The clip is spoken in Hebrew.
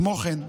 כמו כן,